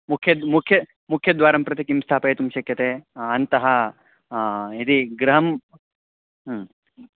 मुख्यं मुख्यं मुख्यं द्वारं प्रति किं स्थापयितुं शक्यते अन्तः यदि गृहम्